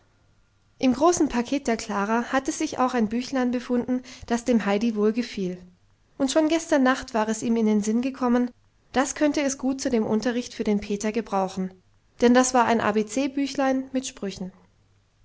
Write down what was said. dem großen paket der klara hatte sich auch ein büchlein befunden das dem heidi wohlgefiel und schon gestern nacht war es ihm in den sinn gekommen das könne es gut zu dem unterricht für den peter gebrauchen denn das war ein abc büchlein mit sprüchen